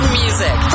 music